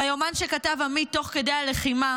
ביומן שכתב עמית תוך כדי הלחימה,